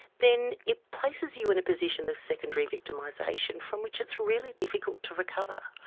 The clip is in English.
then it places you in a position of secondary victimisation from which it's really difficult to recover.